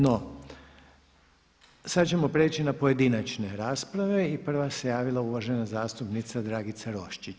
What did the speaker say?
No, sada ćemo prijeći na pojedinačne rasprave i prva se javila uvažena zastupnica Dragica Roščić.